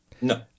No